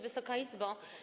Wysoka Izbo!